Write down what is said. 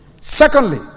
Secondly